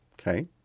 Okay